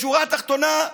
בשורה התחתונה,